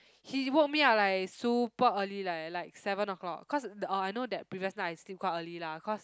he woke me up like super early like like seven o-clock cause orh I know that previous night I sleep quite early lah cause